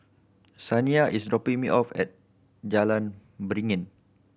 Saniyah is dropping me off at Jalan Beringin